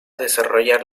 desarrollar